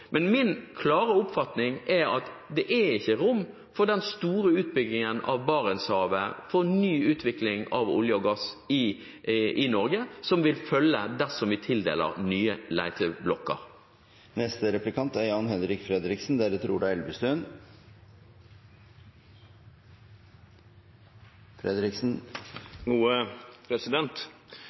men ok, la nå det gå. Min klare oppfatning er at det ikke er rom for den store utbyggingen av Barentshavet og for ny utvikling av olje og gass i Norge som vil følge dersom vi tildeler nye leteblokker.